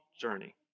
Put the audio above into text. journey